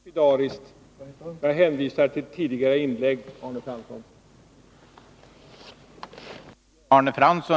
Herr talman! Lapidariskt: Jag hänvisar till tidigare inlägg, Arne Fransson!